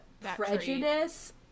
prejudice